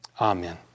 Amen